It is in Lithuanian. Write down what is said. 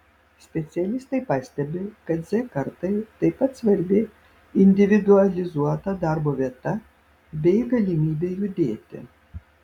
specialistai pastebi kad z kartai taip pat svarbi individualizuota darbo vieta bei galimybė judėti